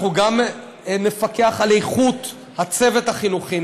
אנחנו גם נפקח על איכות הצוות החינוכי,